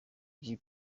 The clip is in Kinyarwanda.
jean